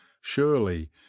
surely